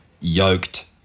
yoked